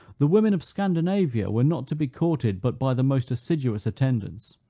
the women of scandinavia were not to be courted but by the most assiduous attendance,